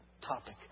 topic